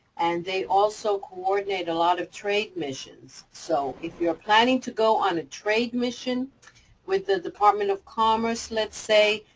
and they also coordinate a lot of trade missions. so if you're planning to go on a trade mission with the department of commerce, let's say,